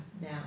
now